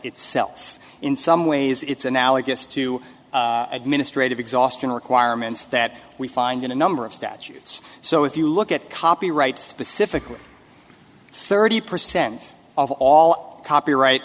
itself in some ways it's analogous to administrative exhaustion requirements that we find in a number of statutes so if you look at copyright specific one thirty percent of all copyright